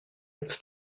its